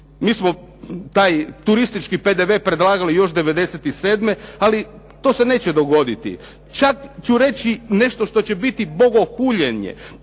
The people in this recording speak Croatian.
Mi smo taj turistički PDV predlagali još '97., ali to se neće dogoditi. Čak ću reći nešto što će biti Bogohuljenje.